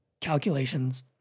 calculations